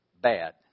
bad